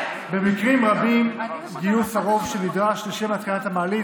במקרים רבים גיוס הרוב שנדרש לשם התקנת המעלית